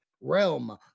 realm